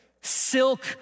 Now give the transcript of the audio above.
Silk